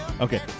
Okay